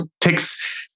takes